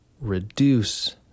reduce